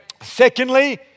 Secondly